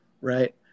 Right